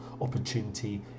opportunity